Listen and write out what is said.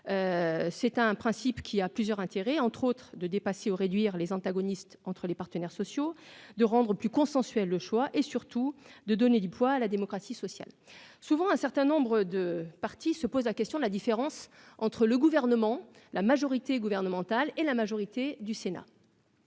c'est un principe qui a plusieurs intérêts, entre autres, de dépasser aux réduire les antagonistes entre les partenaires sociaux, de rendre plus consensuel, le choix et surtout de donner du poids à la démocratie sociale, souvent un certain nombre de partis se pose la question de la différence entre le gouvernement, la majorité gouvernementale et la majorité du Sénat.